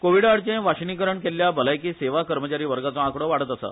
कोविडाआडचे वाशीनीकरण केल्ल्या भलायकी सेवा कर्मचारी वर्गाचो आंकडो वाडत आसा